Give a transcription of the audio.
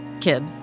kid